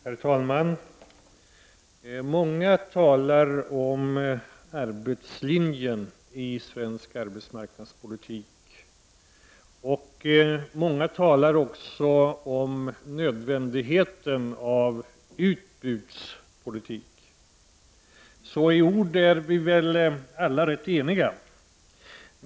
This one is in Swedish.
Herr talman! Många talar om arbetslinjen i svensk arbetsmarknadspolitik, och många talar också om nödvändigheten av utbudspolitik. Så i ord är vi väl alla rätt eniga.